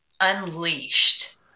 unleashed